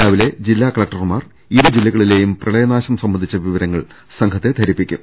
രാവിലെ ജില്ലാ കലക്ടർമാർ ഇരു ജില്ലകളിലേയും പ്രളയ നാശം സംബന്ധിച്ച വിവരങ്ങൾ സംഘത്തെ ധരിപ്പിക്കും